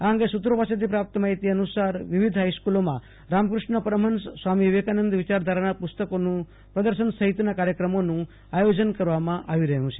આ અંગે સુત્રો પાસેથી પ્રાપ્ત માહિતી અનુસાર વિવિધ હાઇસ્ફૂલોમાં રામકૃષ્ણ પરમફંસ સ્વામી વિવેકાનંદ વિચારધારાના પુસ્તકોનું પ્રદર્શન સફિતના કાર્યક્રમોનું આયોજન કરવામાં આવી રહ્યું છે